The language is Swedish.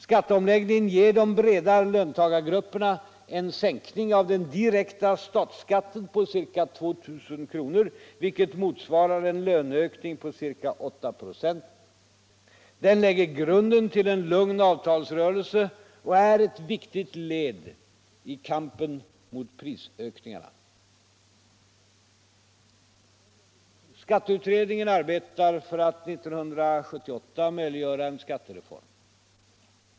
Skatteomläggningen ger de breda löntagargrupperna en sänkning av den direkta statsskatten på ca 2 000 kr., vilket motsvarar en löneökning på ca 8 96. Den lägger grunden till en lugn avtalsrörelse och är ett viktigt led i kampen mot prisökningarna. Skatteutredningen arbetar för att år 1978 möjliggöra en skattereform.